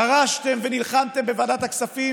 נלחמתם, ודרשתם בוועדת הכספים